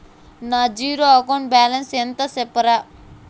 నా zero account balance ఎంతో సెప్తారా?